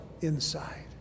inside